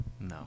no